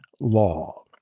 law